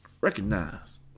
Recognize